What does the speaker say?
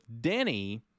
Denny